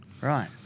Right